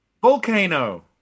Volcano